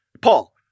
Paul